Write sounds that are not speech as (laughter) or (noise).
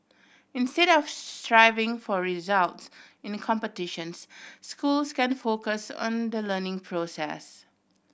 instead of (unintelligible) striving for results in competitions schools can focus on the learning process